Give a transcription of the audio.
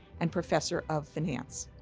and professor of finance.